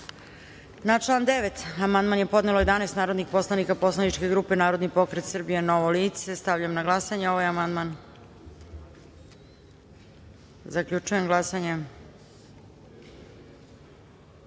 član 9. amandman je podnelo 11 narodnih poslanika poslaničke grupe Narodni pokret Srbija – Novo lice. Stavljam na glasanje ovaj amandman. Zaključujem glasanje: